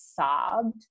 sobbed